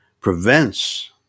prevents